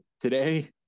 today